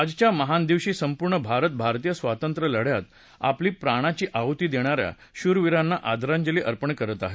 आजच्या महान दिवशी संपूर्ण भारत भारतीय स्वातंत्र्य लढ्यात आपल्या प्राणाची आहुती देणाऱ्या शूर वीरांना आदरांजली अर्पण करत आहे